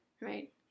Right